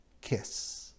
kiss